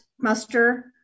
muster